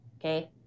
Okay